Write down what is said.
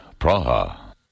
Praha